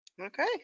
Okay